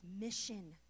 mission